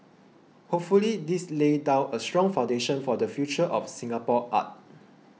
hopefully this lays down a strong foundation for the future of Singapore art